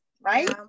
right